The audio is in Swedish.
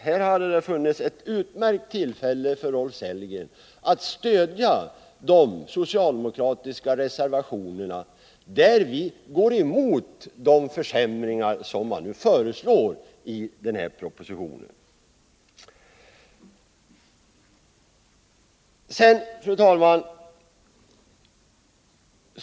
Här hade det funnits ett utmärkt tillfälle för Rolf Sellgren att stödja de socialdemokratiska reservationerna, där vi går emot de försämringar som föreslås i den föreliggande propositionen. Fru talman!